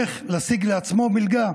איך להשיג לעצמו מלגה.